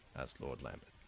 asked lord lambeth.